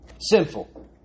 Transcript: sinful